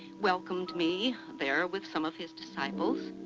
welcomed me there with some of his disciples,